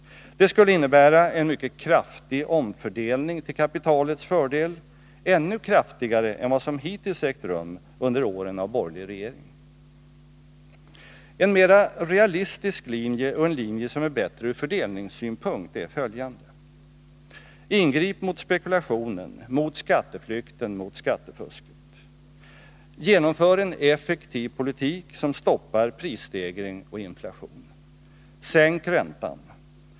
Det skulle innebära en mycket kraftig omfördelning till kapitalets fördel, ännu kraftigare än vad som hittills ägt rum under åren av borgerlig regering. En mera realistisk linje och en linje som är bättre ur fördelningssynpunkt är följande: Ingrip mot spekulationen, mot skatteflykten, mot skattefusket. Genomför en effektiv politik som stoppar prisstegring och inflation. Sänk räntan.